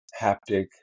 haptic